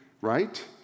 right